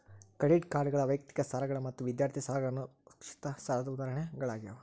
credit ಕಾರ್ಡ್ಗಳ ವೈಯಕ್ತಿಕ ಸಾಲಗಳ ಮತ್ತ ವಿದ್ಯಾರ್ಥಿ ಸಾಲಗಳ ಅಸುರಕ್ಷಿತ ಸಾಲದ್ ಉದಾಹರಣಿಗಳಾಗ್ಯಾವ